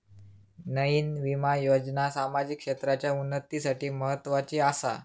नयीन विमा योजना सामाजिक क्षेत्राच्या उन्नतीसाठी म्हत्वाची आसा